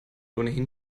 ohnehin